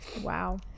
Wow